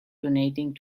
donating